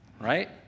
right